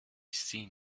seen